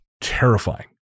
terrifying